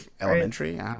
elementary